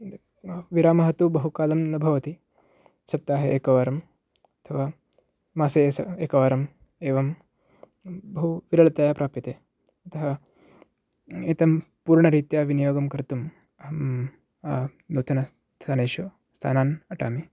विरामः तु बहुकालं न भवति सप्ताहे एकवारं अथवा मासे स एकवारम् एवं बहु विरळतया प्राप्यते अतः एतं पूर्णरीत्या विनियोगं कर्तुम् अहं नूतनस्थानेषु स्थानान् अटामि